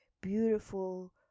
beautiful